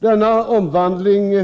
Denna omvandling